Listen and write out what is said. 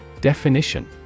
Definition